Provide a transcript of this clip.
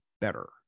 better